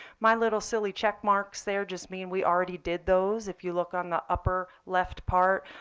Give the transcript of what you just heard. my little silly checkmarks there just mean we already did those. if you look on the upper left part,